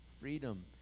freedom